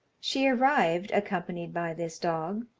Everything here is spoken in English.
she arrived, accompanied by this dog,